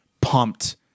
pumped